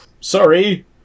sorry